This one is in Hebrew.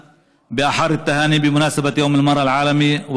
בברכות חמות לרגל יום האישה הבין-לאומי.